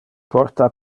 porta